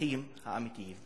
והנכים האמיתיים.